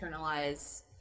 internalize